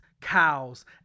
cows